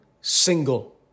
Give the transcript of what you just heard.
single